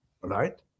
right